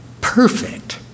perfect